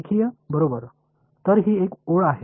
रेखीय बरोबर तर ही एक ओळ आहे